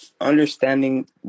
understanding